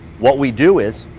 what we do is,